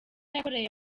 yakoreye